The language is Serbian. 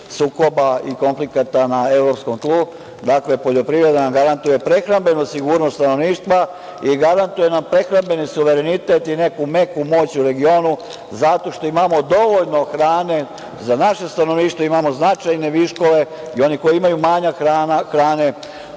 sukoba i konflikata na evropskom tlu, dakle, poljoprivreda nam garantuje prehrambenu sigurnost stanovništva i garantuje nam prehrambeni suverenitet i neku meku moć u regionu, zato što imamo dovoljno hrane za naše stanovništvo, imamo značajne viškove i oni koji imaju manjak hrane,